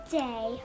day